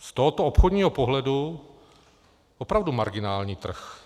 Z tohoto obchodního pohledu opravdu marginální trh.